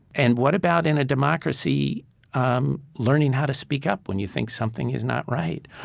and what about in a democracy um learning how to speak up when you think something is not right?